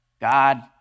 God